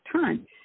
time